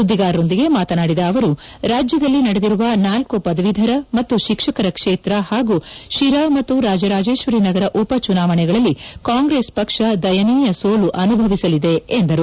ಸುದ್ದಿಗಾರರೊಂದಿಗೆ ಮಾತನಾಡಿದ ಅವರು ರಾಜ್ಯದಲ್ಲಿ ನಡೆದಿರುವ ನಾಲ್ತು ಪದವೀಧರ ಮತ್ತು ಶಿಕ್ಷಕರ ಕ್ಷೇತ್ರ ಹಾಗೂ ಶಿರಾ ಮತ್ತು ರಾಜರಾಜೇಶ್ವರಿ ನಗರ ಉಪಚುನಾವಣೆಗಳಲ್ಲಿ ಕಾಂಗ್ರೆಸ್ ಪಕ್ಷ ದಯನೀಯ ಸೋಲು ಅನುಭವಿಸಲಿದೆ ಎಂದರು